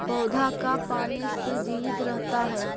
पौधा का पाने से जीवित रहता है?